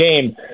game